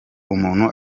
umuntu